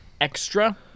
extra